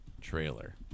trailer